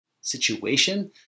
situation